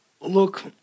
Look